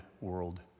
world